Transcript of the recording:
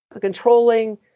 controlling